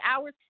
hours